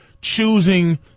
choosing